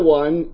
one